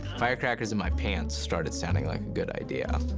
firecrackers in my pants started sounding like a good idea.